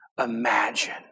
imagine